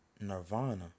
Nirvana